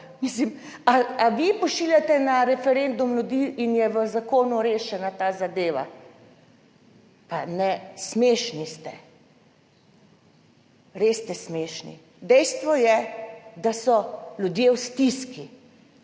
vi pošiljate na referendum ljudi in je v zakonu rešena ta zadeva? Pa ne, smešni ste, res ste smešni. Dejstvo je, da so ljudje v stiski